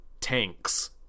tanks